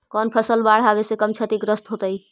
कौन फसल बाढ़ आवे से कम छतिग्रस्त होतइ?